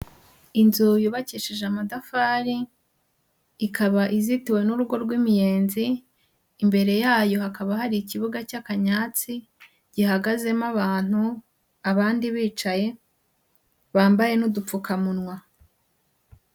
Inzu yubakishije amatafari, ikaba izitiwe n'urugo rw'imiyenzi, imbere yayo hakaba hari ikibuga cy'akanyatsi gihagazemo abantu, abandi bicaye bambaye n'udupfukamunwa.